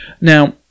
now